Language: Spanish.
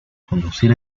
conducir